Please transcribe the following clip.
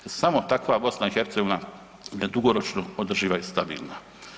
Samo takva BiH je dugoročno održiva i stabilna.